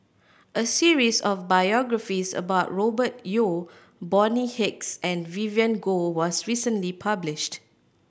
a series of biographies about Robert Yeo Bonny Hicks and Vivien Goh was recently published